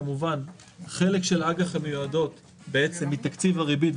כמובן חלק של האג"ח המיועדות מתקציב הריבית,